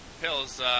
pills